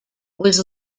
was